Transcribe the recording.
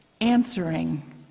answering